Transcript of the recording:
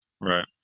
right